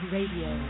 Radio